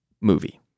movie